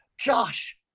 Josh